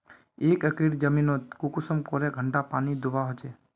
एक एकर जमीन नोत कुंसम करे घंटा पानी दुबा होचए?